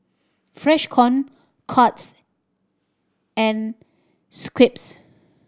Freshkon Courts and Schweppes